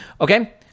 Okay